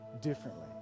differently